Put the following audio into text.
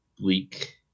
bleak